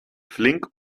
flink